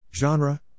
Genre